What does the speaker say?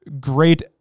great